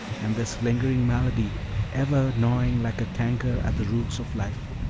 and this lingering malady ever gnawing like a canker at the roots of life!